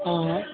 हँ